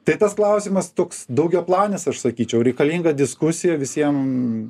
tai tas klausimas toks daugiaplanis aš sakyčiau reikalinga diskusija visiem